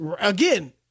again